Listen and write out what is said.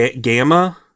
Gamma